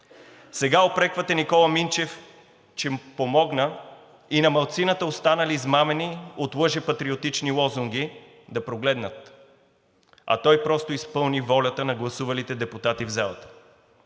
Сега упреквате Никола Минчев, че помогна и на малцината, останали измамени от лъжепатриотични лозунги, да прогледнат, а той просто изпълни волята на гласувалите депутати в залата.